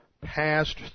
passed